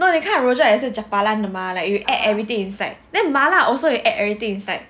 no 你看 rojak is japalang 的 mah like you add everything inside then 麻辣 you also add everything inside